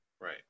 Right